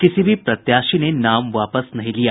किसी भी प्रत्याशी ने नाम वापस नहीं लिया